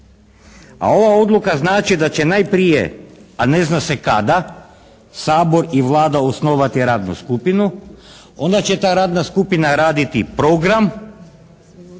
A ova odluka znači da će najprije a ne zna se kada Sabor i Vlada osnovati radnu skupinu, onda će ta radna skupina raditi program,